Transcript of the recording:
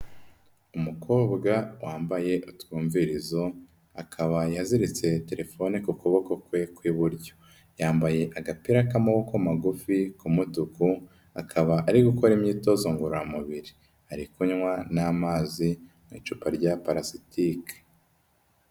Umukobwa wambaye utwumvirizo, akaba yaziritse telefone ku kuboko kwe kw'iburyo, yambaye agapira k'amaboko magufi k'umutuku, akaba ari gukora imyitozo ngororamubiri, ari kunywa n'amazi mu icupa rya parasitike.